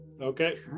Okay